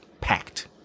packed